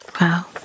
Wow